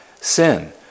sin